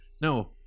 No